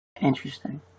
interesting